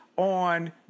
on